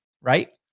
right